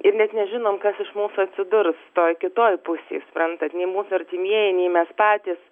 ir net nežinom kas iš mūsų atsidurs toj kitoj pusėj suprantat nei mūsų artimieji nei mes patys